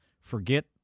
forget